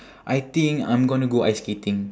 I think I'm gonna go ice skating